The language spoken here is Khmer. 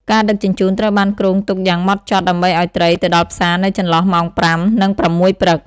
ការដឹកជញ្ជូន ត្រូវបានគ្រោងទុកយ៉ាងម៉ត់ចត់ដើម្បីឱ្យត្រីទៅដល់ផ្សារនៅចន្លោះម៉ោង ៥ និង ៦ ព្រឹក។